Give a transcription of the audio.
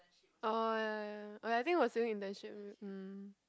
oh ya oh ya I think I was doing internship